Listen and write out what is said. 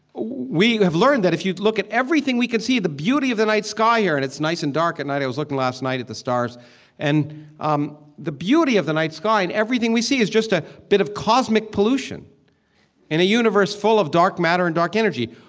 we have learned that, if you'd look at everything we could see, the beauty of the night sky here and it's nice and dark at night. i was looking last night at the stars um the beauty of the night sky and everything we see is just a bit of cosmic pollution in a universe full of dark matter and dark energy.